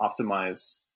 optimize